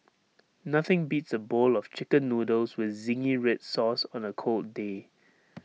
nothing beats A bowl of Chicken Noodles with Zingy Red Sauce on A cold day